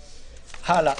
הלאה.